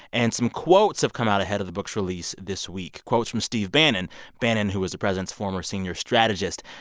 and some quotes have come out ahead of the book's release this week quotes from steve bannon bannon, who is the president's former senior strategist.